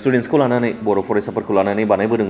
स्टुडेन्सखौ लानानै बर' फरायसाफोरखौ लानानै बानायबोदोङो